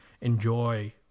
enjoy